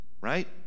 Right